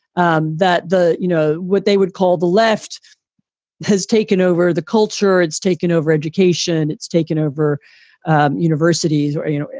um that the, you know, what they would call the left has taken over the culture has taken over education, it's taken over universities or you know,